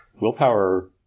willpower